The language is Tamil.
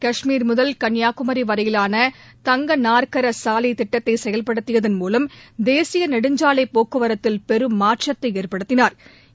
கஷ்மீர் முதல் கன்னியாகுமரி வரையிலான தங்க நாற்கர சாலைத் திட்டத்தை செயல்படுத்தியதன் மூவம் தேசிய நெடுஞ்சாலை போக்குவரத்தில் பெரும் மாற்றத்தை ஏற்படுத்தினாா்